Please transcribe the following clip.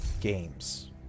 games